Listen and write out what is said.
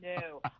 No